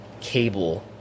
cable